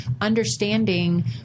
understanding